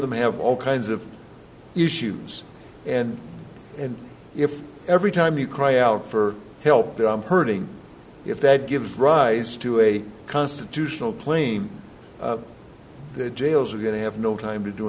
them have all kinds of issues and and if every time you cry out for help hurting if that gives rise to a constitutional plane the jails are going to have no time to do